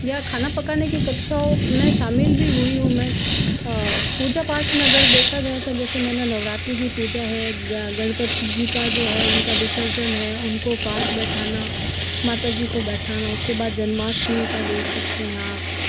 यह खाना पकाने की कक्षाओं में शामिल भी हुई हूँ मैं पूजा पाठ में अगर देखा जाए तो जैसे मैंने नवरात्रि की पूजा है गणपति जी का जो है उनका विसर्जन है उनको पाठ बैठाना माता जी को बैठाना उसके बाद जन्माष्टमी का देख सकते हैं आप